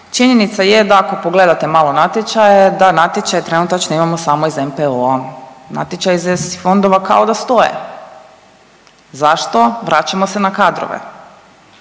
činjenica je da ako pogledate malo natječaje da natječaja imamo trenutačno samo iz NPOO-a, natječaji iz ESI fondova kao da stoje. Zašto? Vraćamo se na kadrove.